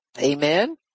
Amen